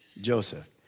Joseph